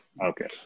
Okay